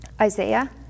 Isaiah